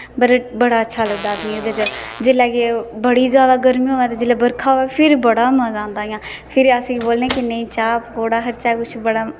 बडा अच्छा लगदा आसेगी एहदे च जिसले के बड़ी ज्यादा गर्मी होऐ ते जिसले वर्खा होऐ ते फिर बड़ा मजा आंदा इयां फिरी आसें वोलने कि नेई चाह् पकोड़ा खाचे कुछ बड़ा